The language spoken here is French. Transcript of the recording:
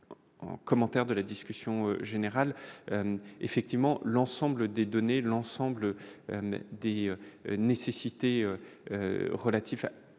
le commentaire de la discussion générale, effectivement, l'ensemble des données, l'ensemble des nécessités relatifs